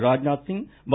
ராஜ்நாத் சிங் பா